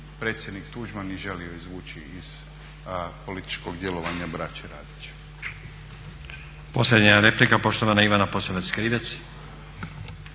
predsjednik Tuđman i želio izvući iz političkog djelovanja brače Radić.